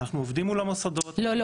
אנחנו עובדים מול המוסדות --- לא,